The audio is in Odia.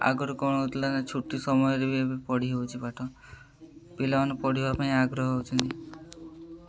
ଆଗରୁ କ'ଣ ହେଉଥିଲା ନା ଛୁଟି ସମୟରେ ବି ଏବେ ପଢ଼ି ହେଉଛି ପାଠ ପିଲାମାନେ ପଢ଼ିବା ପାଇଁ ଆଗ୍ରହ ହେଉଛନ୍ତି